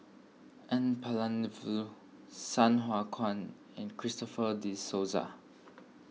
N Palanivelu Sai Hua Kuan and Christopher De Souza